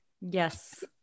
Yes